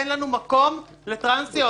אין לנו מקום שיקומי לטרנסיות.